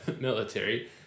military